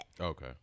Okay